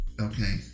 Okay